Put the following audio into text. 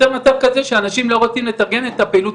נוצר מצב כזה שאנשים לא רוצים לתרגם את פעילות